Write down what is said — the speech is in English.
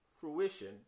fruition